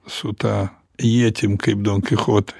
su ta ietim kaip donkichotui